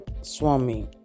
Swami